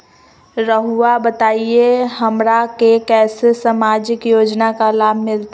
रहुआ बताइए हमरा के कैसे सामाजिक योजना का लाभ मिलते?